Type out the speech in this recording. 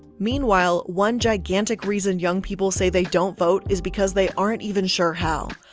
meanwhile, one gigantic reason young people say they don't vote, is because they aren't even sure how.